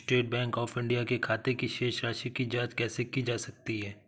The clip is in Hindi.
स्टेट बैंक ऑफ इंडिया के खाते की शेष राशि की जॉंच कैसे की जा सकती है?